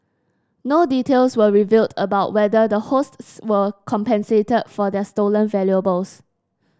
no details were revealed about whether the hosts were compensated for their stolen valuables